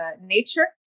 nature